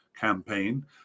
campaign